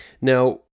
Now